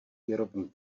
výrobní